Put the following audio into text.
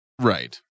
Right